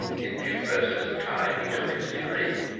in due process of time he took his degree,